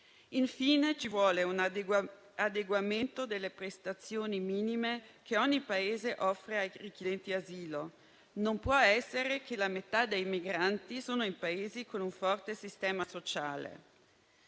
Infine, occorre un adeguamento delle prestazioni minime che ogni Paese offre ai richiedenti asilo. Non è possibile che la metà dei migranti si trovino in Paesi con un forte sistema sociale.